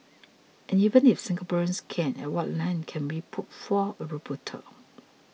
and even if Singaporeans can at what length can we put forth a rebuttal